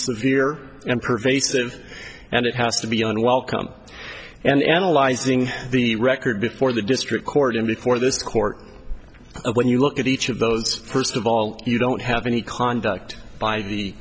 severe and pervasive and it has to be unwelcome and analyzing the record before the district court and before this court when you look at each of those first of all you don't have any conduct by the